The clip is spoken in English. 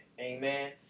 Amen